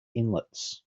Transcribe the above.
inlets